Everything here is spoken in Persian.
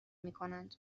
میکنند